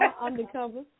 Undercover